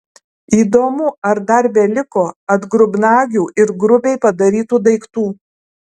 įdomu ar dar beliko atgrubnagių ir grubiai padarytų daiktų